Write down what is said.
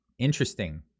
Interesting